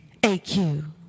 AQ